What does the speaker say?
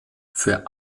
für